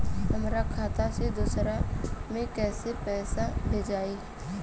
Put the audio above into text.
हमरा खाता से दूसरा में कैसे पैसा भेजाई?